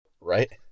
Right